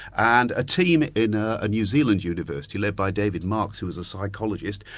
and a team in a a new zealand university, led by david marx, who was a psychologist,